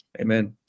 amen